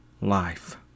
life